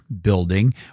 building